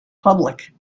public